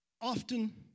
Often